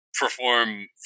perform